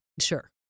Sure